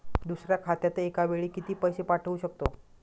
दुसऱ्या खात्यात एका वेळी किती पैसे पाठवू शकतो?